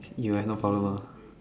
you have no problem ah